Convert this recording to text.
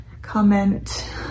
comment